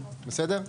בסדר?